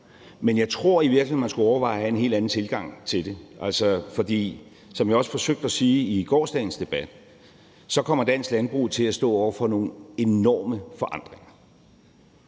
Men jeg tror i virkeligheden, man skulle overveje en helt anden tilgang til det. For som jeg også forsøgte at sige i gårsdagens debat, kommer dansk landbrug til at stå over for nogle enorme forandringer,